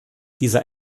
dieser